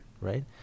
right